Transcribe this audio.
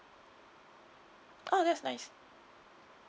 oh that's nice